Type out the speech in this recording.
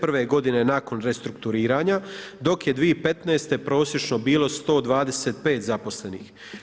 Prve je godine nakon restrukturiranja, dok je 2015. prosječno bilo 125 zaposlenih.